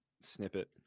Snippet